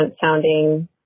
sounding